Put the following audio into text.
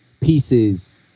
pieces